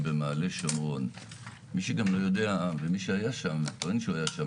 מי שהיה בכביש 55,